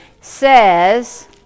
says